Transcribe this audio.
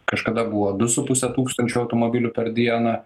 kažkada buvo du su puse tūkstančio automobilių per dieną